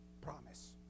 promise